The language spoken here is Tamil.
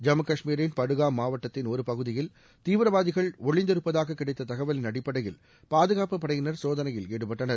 ஜம்மு கஷ்மீரின் படுகாம் மாவட்டத்தின் ஒருபகுதியில் தீவிரவாதிகள் ஒலிந்திருப்பதாக கிடைத்த தகவலின் அடிப்படையில் பாதுகாப்பு படையினர் சோதனையில் ஈடுபட்டனர்